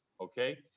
okay